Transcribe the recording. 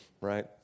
right